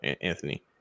Anthony